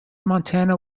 montana